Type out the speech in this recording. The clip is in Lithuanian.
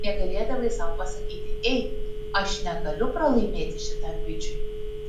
negalėdavai sau pasakyti ei aš negaliu pralaimėti šitam bičui